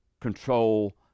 control